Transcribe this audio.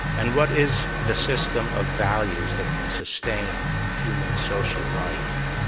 and what is the system of values that can sustain human social life?